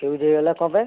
fuse ହେଇଗଲା କଣପାଇଁ